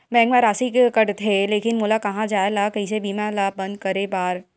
Bank मा राशि कटथे लेकिन मोला कहां जाय ला कइसे बीमा ला बंद करे बार?